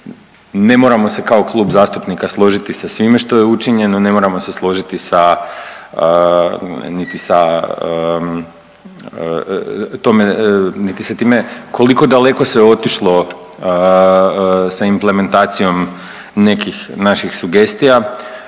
ne moramo se kao Klub zastupnika složiti sa svime što je učinjeno, ne moramo se složiti sa, niti sa time koliko daleko se otišlo sa implementacijom nekih naših sugestija,